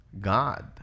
God